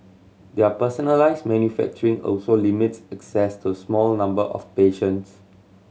their personalised manufacturing also limits access to small number of patients